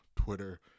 Twitter